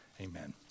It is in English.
Amen